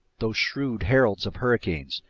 those shrewd heralds of hurricanes,